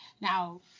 Now